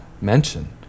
mention